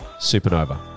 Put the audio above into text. supernova